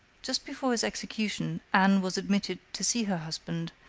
just before his execution anne was admitted to see her husband,